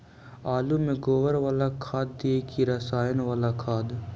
आलु में गोबर बाला खाद दियै कि रसायन बाला खाद?